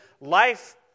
life